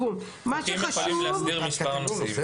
חוקים יכולים להסדיר מספר נושאים.